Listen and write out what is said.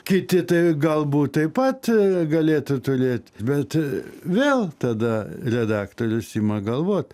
kiti tai galbūt taip pat galėtų turėt bet vėl tada redaktorius ima galvot